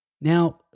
Now